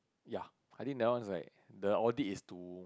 ya I think that one is like the audit is to